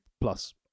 Plus